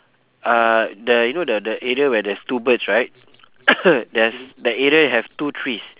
uh the you know the the area where there's two birds right there's that area have two trees